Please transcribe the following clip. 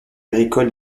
agricole